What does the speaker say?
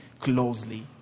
closely